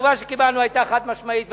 התשובה שקיבלנו היתה חד-משמעית,